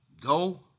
go